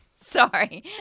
Sorry